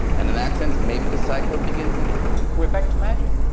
and in that sense maybe the cycle begins again. we're back to magic.